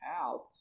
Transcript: out